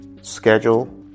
schedule